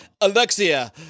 Alexia